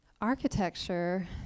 architecture